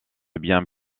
bien